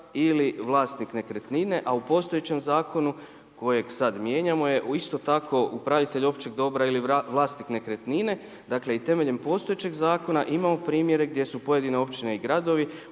ili vlasnik nekretnine a u postojećem zakonu kojeg sada mijenjamo je isto tako upravitelj općeg dobra ili vlasnik nekretnine, dakle i temeljem postojećeg zakona imamo primjere gdje su pojedine općine i gradovi